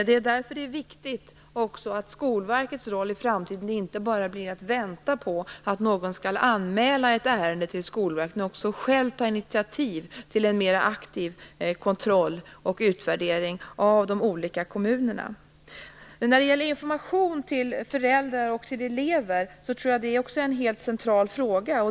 Det är därför viktigt att Skolverkets roll i framtiden inte bara blir att vänta på att någon skall anmäla ett ärende till Skolverket, utan man bör också själv ta initiativ till en mer aktiv kontroll och utvärdering av de olika kommunerna. Jag tror också att frågan om information till föräldrar och elever är helt central.